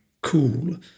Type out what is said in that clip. Cool